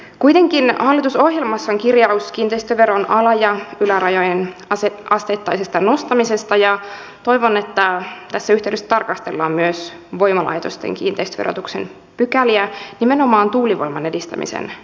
kuitenkin hallitusohjelmassa on kirjaus kiinteistöveron ala ja ylärajojen asteittaisesta nostamisesta ja toivon että tässä yhteydessä tarkastellaan myös voimalaitosten kiinteistöverotuksen pykäliä nimenomaan tuulivoiman edistämisen näkökulmasta